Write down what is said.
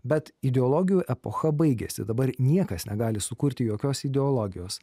bet ideologijų epocha baigėsi dabar niekas negali sukurti jokios ideologijos